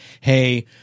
Hey